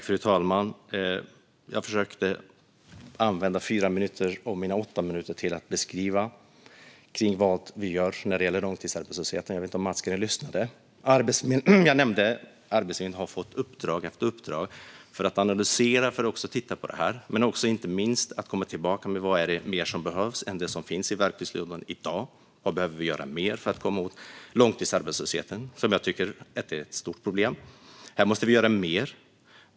Fru talman! Jag försökte använda fyra av åtta minuter av mitt anförande till att beskriva vad vi gör när det gäller långtidsarbetslösheten. Jag vet inte om Mats Green lyssnade. Jag nämnde att Arbetsförmedlingen har fått i uppdrag att analysera och titta på detta och inte minst att komma tillbaka med vad det är mer som behövs än det som finns i verktygslådan i dag. Vad mer behöver vi göra för att komma åt långtidsarbetslösheten, som jag tycker är ett stort problem? Här måste vi göra mer.